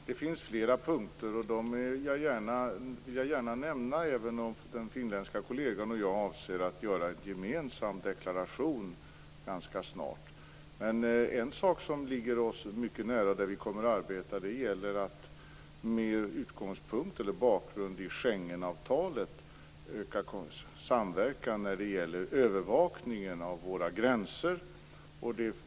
Fru talman! Det finns flera punkter, och dem vill jag gärna nämna även om min finländska kollega och jag ganska snart avser att göra en gemensam deklaration. Ett samarbete som ligger oss mycket nära är en med utgångspunkt från Schengenavtalet ökad samverkan när det gäller övervakningen av våra gränser.